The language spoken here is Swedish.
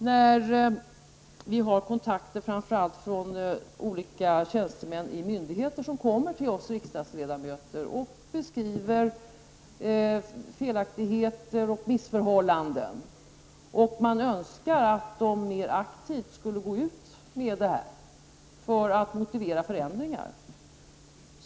När vi har kontakter framför allt med tjänstemän från olika myndigheter som kommer till oss riksdagsledamöter och beskriver felaktigheter och missförhållanden, önskar man att de skulle gå ut med detta mer aktivt för att motivera förändringar.